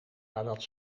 nadat